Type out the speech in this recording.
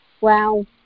Wow